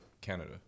Canada